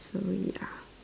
so ya